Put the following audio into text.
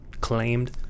claimed